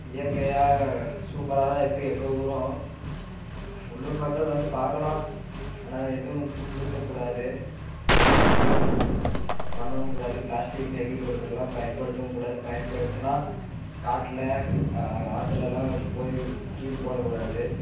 இயற்கையா சூப்பராகதான் இருக்குது எங்கள் ஊரும் உள்ளூர் மக்கள் வந்து பார்க்கலாம் ஆனால் எதுவும் துன்புறுத்தக் கூடாது எதுவும் பண்ணவும் கூடாது பிளாஸ்டிக் நெகிழி பொருட்களெலாம் பயன்படுத்தவும் கூடாது பயன்படுத்தினா காட்டில் ஆற்றுலலாம் போய் தூக்கி போடக்கூடாது